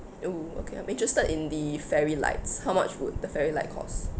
oo okay I'm interested in the fairy lights how much would the fairy light cost